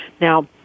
Now